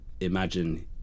imagine